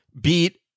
beat